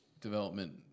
development